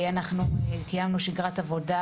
אנחנו קיימנו שגרת עבודה,